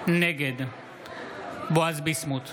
נגד בועז ביסמוט,